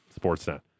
Sportsnet